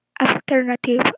alternative